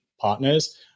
partners